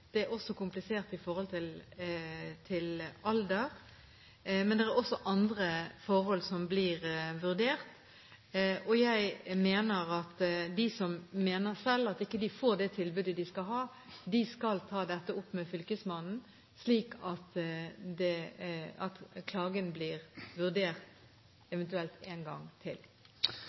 Det er komplisert med hensyn til alder, men det er også andre forhold som blir vurdert. Jeg mener at de som selv mener at de ikke får det tilbudet de skal ha, skal ta dette opp med fylkesmannen, slik at klagen eventuelt blir vurdert en gang til.